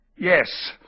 Yes